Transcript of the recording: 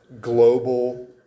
global